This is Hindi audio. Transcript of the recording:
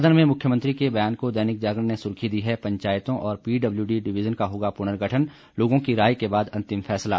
सदन में मुख्यमंत्री के बयान को दैनिक जागरण ने सुर्खी दी है पंचायतों और पीडब्लयूडी डिविजन का होगा पुर्नगठन लोगों की राय के बाद अंतिम फैसला